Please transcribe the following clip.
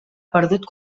perdut